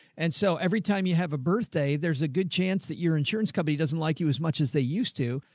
and so every time you have a birthday, there's a good chance that your insurance company doesn't like you as much as they used to.